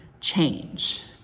change